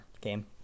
game